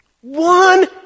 One